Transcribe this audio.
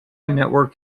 network